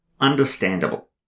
understandable